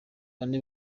bane